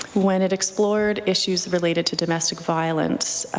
when it explored issues related to domestic violence,